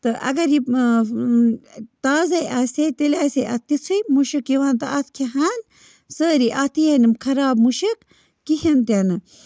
تہٕ اَگر یِم تازَے آسہِ ہے تیٚلہِ آسہِ ہے اَتھ تِژھُے مُشُک یِوان تہٕ اَتھ کھیٚہن سٲری اَتھ یِیے نہٕ خراب مُشک کِہیٖنۍ تہِ نہٕ